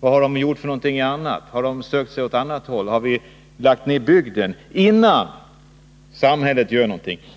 vad har de gjort f. ö.? Har de sökt sig till andra platser? Har bygden lagts ned, innan staten ingripit?